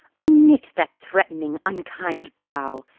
unknit that threatening unkind brow,